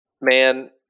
man